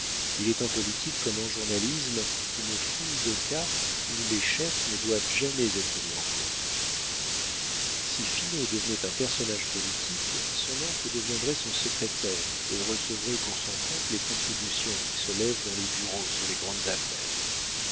il est en politique comme en journalisme une foule de cas où les chefs ne doivent jamais être mis en cause si finot devenait un personnage politique son oncle deviendrait son secrétaire et recevrait pour son compte les contributions qui se lèvent dans les bureaux sur les grandes affaires